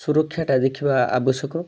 ସୁରକ୍ଷାଟା ଦେଖିବାଟା ଆବଶ୍ୟକ